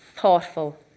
thoughtful